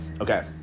okay